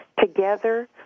Together